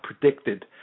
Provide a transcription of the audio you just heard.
predicted